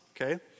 okay